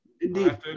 Indeed